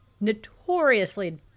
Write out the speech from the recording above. notoriously